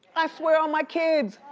i swear on my kids!